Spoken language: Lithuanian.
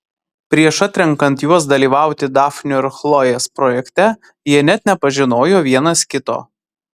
prieš atrenkant juos dalyvauti dafnio ir chlojės projekte jie net nepažinojo vienas kito